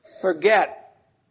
Forget